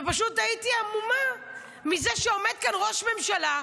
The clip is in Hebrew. ופשוט הייתי המומה מזה שעומד כאן ראש ממשלה,